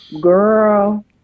girl